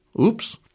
Oops